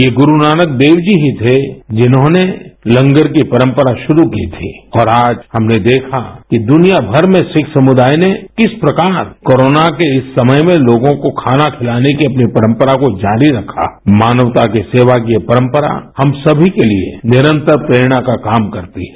ये गुरु नानक देव जी ही थे जिन्होंने लंगर की परंपरा शुरू की थी और आज हमने देखा कि दुनिया भर में सिख समूदाय ने किस प्रकार कोरोना के इस समय में लोगों को खाना खिलाने की अपनी परंपरा को जारी रखा है मानवता की सेवा की ये परंपरा हम सभी के लिए निरंतर प्रेरणा का काम करती है